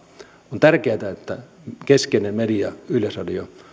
on tärkeätä että keskeinen media yleisradio